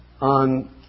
on